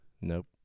Nope